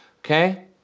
okay